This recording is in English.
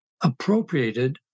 appropriated